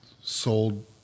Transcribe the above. sold